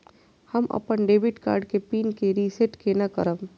हम अपन debit card के पिन के रीसेट केना करब?